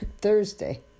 Thursday